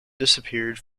disappeared